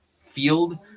field